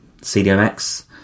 CDMX